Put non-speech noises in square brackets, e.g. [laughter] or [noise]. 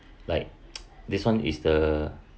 like [noise] this [one] is the